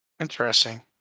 Interesting